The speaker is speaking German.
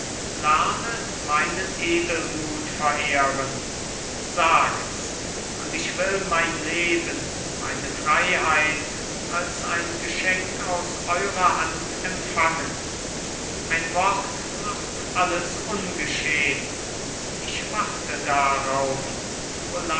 meinen edelmut verehren sagt's und ich will mein leben meine freiheit als ein geschenk aus eurer hand empfangen ein wort macht alles ungeschehn ich warte darauf